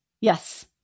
Yes